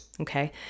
okay